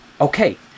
Okay